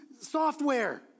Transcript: software